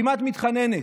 כמעט מתחננת.